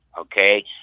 Okay